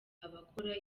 abakora